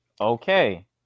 Okay